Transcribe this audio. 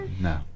No